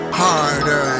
harder